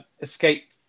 Escape